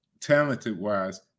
talented-wise